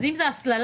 אם זאת הסללה,